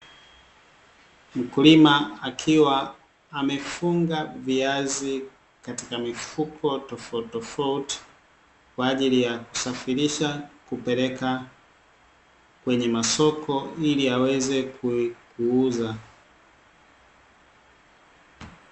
Mkulima akiwa amefunga viazi katika mifuko tofautitofauti, kwa ajili ya kusafirisha kupeleka kwenye masoko ili aweze kuuza.